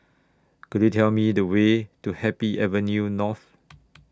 Could YOU Tell Me The Way to Happy Avenue North